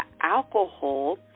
alcohol